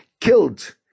killed